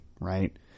right